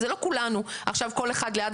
אי אפשר לשמוע אותו כי זה לא שכל אחד מאתנו נמצא